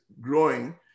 growing